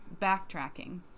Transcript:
backtracking